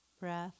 Breath